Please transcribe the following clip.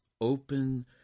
open